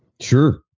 Sure